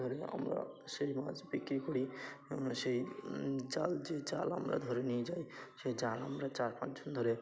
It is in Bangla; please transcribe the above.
ধরে আমরা সেই মাছ বিক্রি করি সেই জাল যে জাল আমরা ধরে নিয়ে যাই সেই জাল আমরা চার পাঁচ জন ধরে